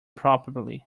properly